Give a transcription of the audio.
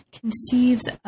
conceives